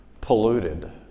polluted